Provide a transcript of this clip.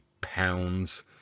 pounds